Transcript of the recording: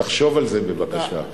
תחשוב על זה בבקשה.